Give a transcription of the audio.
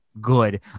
good